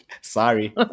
Sorry